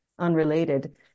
unrelated